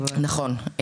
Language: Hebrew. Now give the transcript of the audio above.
נכון.